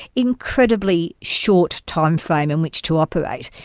incredibly short time-frame in which to operate.